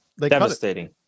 Devastating